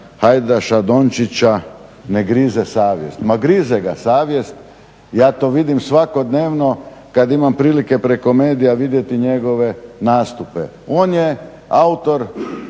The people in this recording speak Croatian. Hajdaša-Dončića ne grize savjest. Ma grize ga savjest, ja to vidim svakodnevno kad imam prilike preko medija vidjeti njegove nastupe. On je autor